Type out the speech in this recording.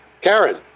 Karen